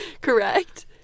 correct